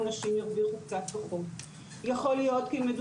אם נשים ירוויחו קצת פחות,